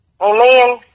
Amen